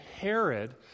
Herod